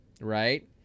right